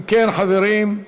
אם כן, חברים,